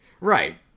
right